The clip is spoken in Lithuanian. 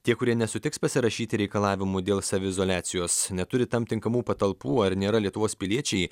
tie kurie nesutiks pasirašyti reikalavimų dėl saviizoliacijos neturi tam tinkamų patalpų ar nėra lietuvos piliečiai